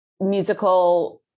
musical